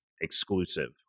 exclusive